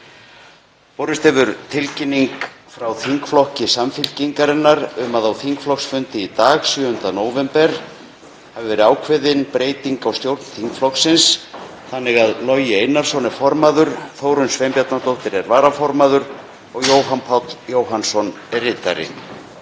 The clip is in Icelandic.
Borist hefur tilkynning frá þingflokki Samfylkingarinnar um að á þingflokksfundi í dag, 7. nóvember, hafi verið ákveðin breyting á stjórn þingflokksins þannig að Logi Einarsson er formaður, Þórunn Sveinbjarnardóttir er varaformaður og Jóhann Páll Jóhannsson er ritari.